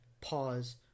pause